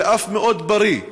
ואף מאוד בריא,